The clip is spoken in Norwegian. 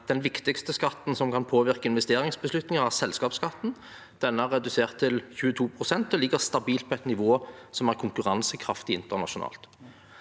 «Den viktigste skatten som kan påvirke investeringsbeslutninger er selskapsskatten. Denne er redusert til 22 prosent og ligger stabilt på et nivå som er konkurransekraftig internasjonalt.»